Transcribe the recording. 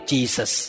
Jesus